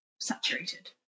saturated